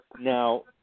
Now